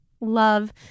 Love